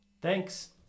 Thanks